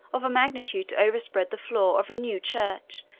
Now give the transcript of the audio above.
of a magnitude to overspread the floor of a new church,